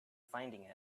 finding